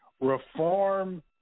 reform